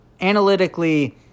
analytically